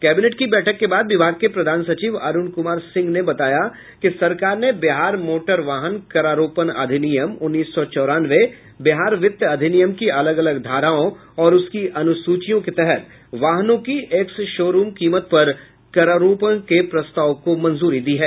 cabinet की बैठक के बाद विभाग के प्रधान सचिव अरुण कुमार सिंह ने बताया कि सरकार ने बिहार मोटरवाहन करारोपण अधिनियम उन्नीस सौ चौरानवे बिहार वित्त अधिनियम की अलग अलग धाराओं और उसकी अनुसूचियों के तहत वाहनों की एक्स शोरूम कीमत पर करारोपण के प्रस्ताव को मंजूरी दी है